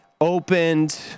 opened